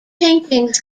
paintings